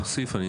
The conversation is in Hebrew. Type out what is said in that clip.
אני אוסיף,